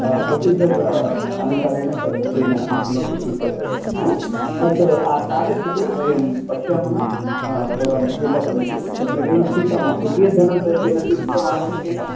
procedure अनुसारेण तत् तेन न किमपि स्वीकर्तव्यं तत् अत्र आगच्छतु वयं पश्यामः भवान् विजेता भविष्यति तत्र किमपि चिन्ता मास्तु कियत् धनं तेन स्वीकृतम् आरक्षकेण